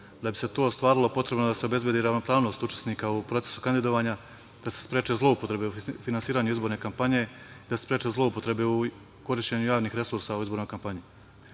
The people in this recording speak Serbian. Da bi se to ostvarilo potrebno je da se obezbedi ravnopravnost učesnika u procesu kandidovanja, da se spreče zloupotrebe u finansiranju izborne kampanje i da se spreče zloupotrebe u korišćenju javnih resursa u izbornoj kampanji. Ključnu